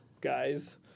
guys